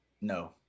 No